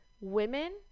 women